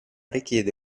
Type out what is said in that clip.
richiede